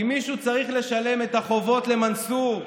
כי מישהו צריך לשלם את החובות למנסור.